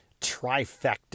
trifecta